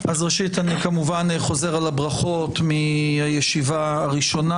ראשית, כמובן אני חוזר על הברכות מהישיבה הראשונה.